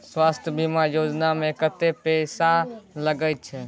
स्वास्थ बीमा योजना में कत्ते पैसा लगय छै?